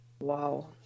Wow